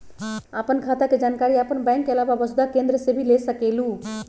आपन खाता के जानकारी आपन बैंक के आलावा वसुधा केन्द्र से भी ले सकेलु?